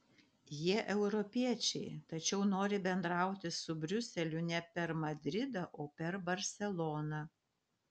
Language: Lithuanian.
jie europiečiai tačiau nori bendrauti su briuseliu ne per madridą o per barseloną